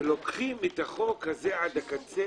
לוקחים את החוק הזה לקצה